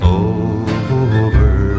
over